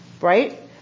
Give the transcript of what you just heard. right